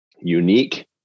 unique